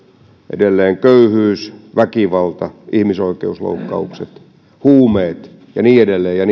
edelleen köyhyys väkivalta ihmisoikeusloukkaukset huumeet ja niin edelleen ja